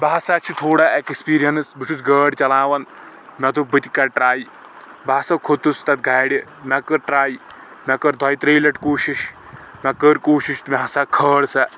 مےٚ ہسا چھ تھوڑا اٮ۪کسپیٖرینس بہٕ چُھس گأڑۍ چلاوان مےٚ دوٚپ بہٕ تہِ کر ٹراے بہٕ ہسا کھوٚتُس تَتھ گاڑِ مےٚ کٔر ٹراے مےٚ کٔر دۄیہِ ترٛیہِ لٹہِ کوٗشِش مےٚ کٔر کوٗشِش مےٚ کھٲج سۄ